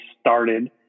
started